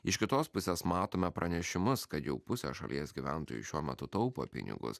iš kitos pusės matome pranešimus kad jau pusė šalies gyventojų šiuo metu taupo pinigus